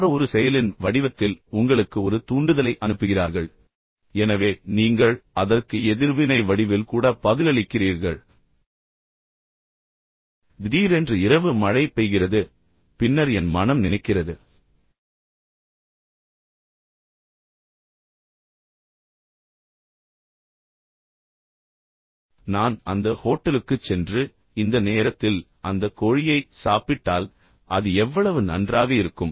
யாரோ ஒரு செயலின் வடிவத்தில் உங்களுக்கு ஒரு தூண்டுதலை அனுப்புகிறார்கள் எனவே நீங்கள் அதற்கு எதிர்வினை வடிவில் கூட பதிலளிக்கிறீர்கள் திடீரென்று இரவு மழை பெய்கிறது பின்னர் என் மனம் நினைக்கிறது நான் அந்த ஹோட்டலுக்குச் சென்று இந்த நேரத்தில் அந்த கோழியை சாப்பிட்டால் அது எவ்வளவு நன்றாக இருக்கும்